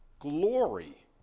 Glory